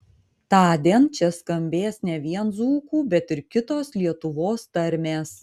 tądien čia skambės ne vien dzūkų bet ir kitos lietuvos tarmės